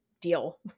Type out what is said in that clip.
deal